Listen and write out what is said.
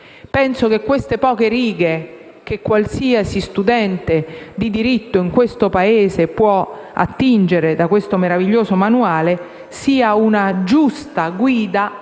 Penso che queste poche righe, che qualsiasi studente di diritto in questo Paese può attingere da questo meraviglioso manuale, siano una giusta guida anche per